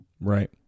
Right